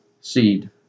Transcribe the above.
seed